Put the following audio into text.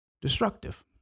destructive